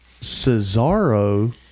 Cesaro